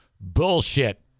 bullshit